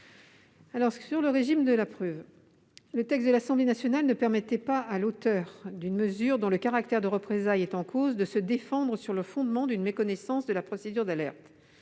envers un lanceur d'alerte. Le texte de l'Assemblée nationale ne permettait pas à l'auteur d'une mesure dont le caractère de représailles est en cause de se défendre sur le fondement d'une méconnaissance de la procédure d'alerte.